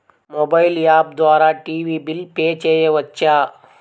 Mobile app ద్వారా TV bill pay చేయవచ్చా?